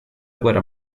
guerra